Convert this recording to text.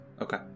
Okay